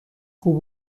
خوب